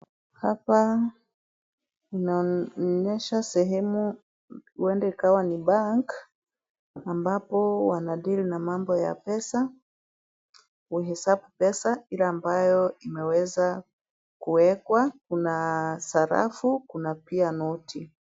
Hapa unaonyesha sehemu huenda ikawa ni bank ambapo wanadeal na mambo ya pesa. Huhesabu pesa ile ambayo imeweza kuwekwa. Kuna sarafu. Kuna pia noti.